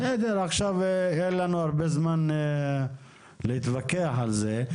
בסדר, עכשיו אין לנו הרבה זמן להתווכח על זה.